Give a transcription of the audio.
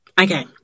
Okay